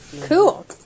Cool